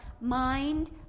mind